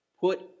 put